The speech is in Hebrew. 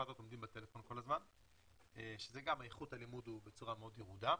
בטלפון, שאז איכות הלימוד בצורה מאוד ירודה.